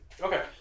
Okay